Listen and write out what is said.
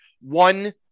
One